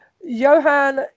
Johan